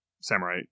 Samurai